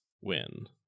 win